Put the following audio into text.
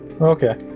Okay